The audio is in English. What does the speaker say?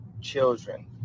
children